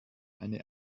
eine